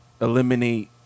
eliminate